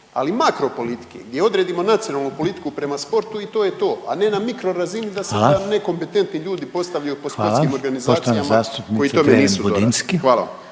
ali makropolitike gdje odredimo nacionalnu politiku prema sportu i to je to, a ne na mikrorazini da se nam nekompetentni …/Upadica: Hvala./… ljudi postavljaju po sportskim organizacijama koji tome nisu dorasli. Hvala.